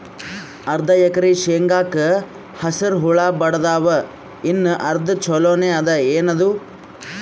ಅರ್ಧ ಎಕರಿ ಶೇಂಗಾಕ ಹಸರ ಹುಳ ಬಡದಾವ, ಇನ್ನಾ ಅರ್ಧ ಛೊಲೋನೆ ಅದ, ಏನದು?